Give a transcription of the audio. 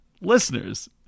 listeners